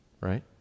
Right